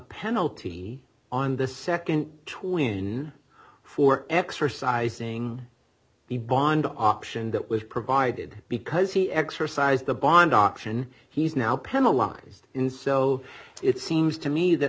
penalty on the nd twin for exercising the bond option that was provided because he exercised the bond auction he's now penalize in so it seems to me that